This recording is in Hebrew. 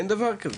אין דבר כזה.